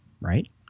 right